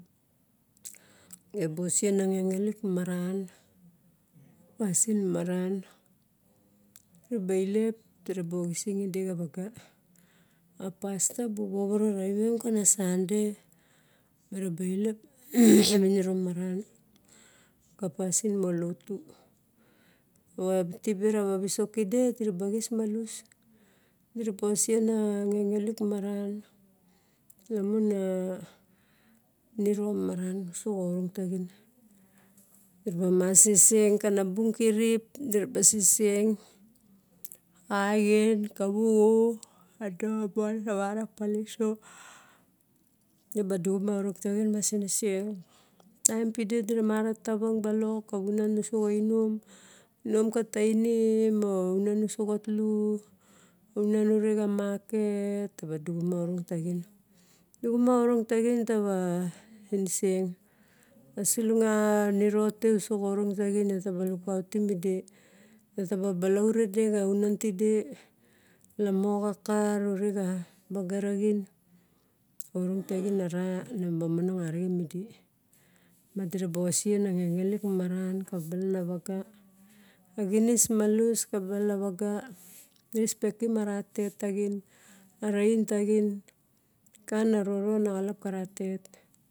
Em bosen lok cecelek maran, pasin maman diraba elep diraba orec eda kavaga a pastor bu vovoro nave em ka na sunday merabaxlep a viniro mamara ka pasim moga lotu, rawa tiba mara visok kede dirava kis malus diraba orsen a cecelek marn lamon a nerom marn usos a or rotagin di ra mas seseg ka na lou kerip, diraba seseg. xien kavuvu a domon na mara peleso na ba duguma xho taginka senseg, tim pelde de mara tavin bilong ka guron muso a xanom, nomka tinm or xunu ouso galu xunum ure ga market tavadu guma a horo tagine. Duguma horotagine tava seinsin, xusulaga neroto uso ga horotagine taba lukatem edi xnitabu balure dei a xunun tide lamoga kar hure ga vagarine horotagin na momonog arigen mede ma deraba osena cecelek marn ka loalanviga, genismalos ka balanviga respect a ra tet tagine a regentagine, gana roron a ragalap ka ratet.